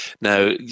Now